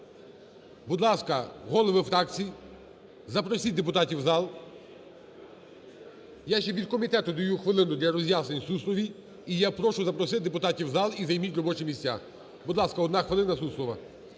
Будь ласка, голови фракцій запросіть депутатів в зал. Я ще від комітету даю хвилину для роз'яснень Сусловій. І я прошу запросити депутатів в зал. І займіть робочі місця. Будь ласка, 1 хвилина, Суслова.